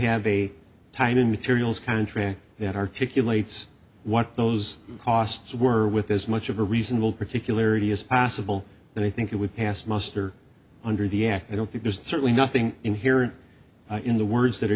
have a title materials contract that articulate what those costs were with as much of a reasonable particularly as possible but i think it would pass muster under the act i don't think there's certainly nothing inherent in the words that are